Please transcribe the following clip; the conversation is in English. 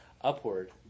upward